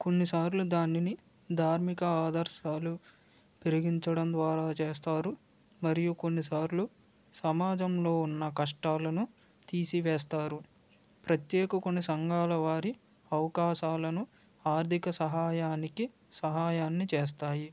కొన్నిసార్లు దానిని ధార్మిక ఆదర్శాలు పెరిగించడం ద్వారా చేస్తారు మరియు కొన్నిసార్లు సమాజంలో ఉన్న కష్టాలను తీసివేస్తారు ప్రత్యేక కొన్ని సంఘాల వారి అవకాశాలను ఆర్థిక సహాయానికి సహాయాన్ని చేస్తాయి